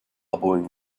elbowing